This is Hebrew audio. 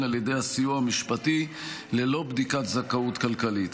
על ידי הסיוע המשפטי ללא בדיקת זכאות כלכלית.